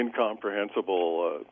incomprehensible